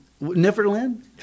Neverland